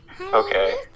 Okay